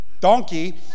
donkey